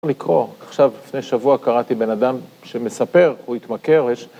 ... יכולים לקרוא, עכשיו לפני שבוע קראתי בן אדם שמספר, הוא התמכר